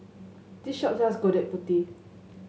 this shop sells Gudeg Putih